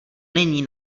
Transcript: není